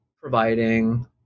providing